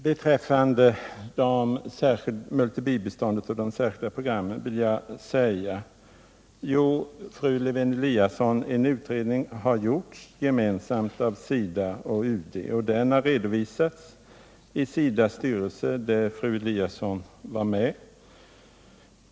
Beträffande multibibiståndet och de särskilda programmen vill jag till fru Lewén-Eliasson säga följande. En utredning har gjorts gemensamt av SIDA och UD, och den har redovisats i SIDA:s styrelse, där fru Eliasson var med.